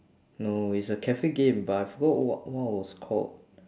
no it's a cafe game but I forgot what what it was called